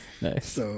Nice